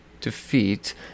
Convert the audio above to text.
defeat